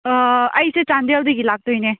ꯑꯩꯁꯦ ꯆꯥꯟꯗꯦꯜꯗꯒꯤ ꯂꯥꯛꯇꯣꯏꯅꯦ